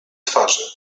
twarzy